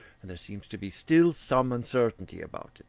and there seems to be still some uncertainty about it.